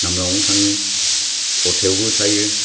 नामलांआव थाङो बथायावबो थायो